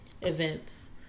Events